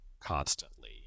constantly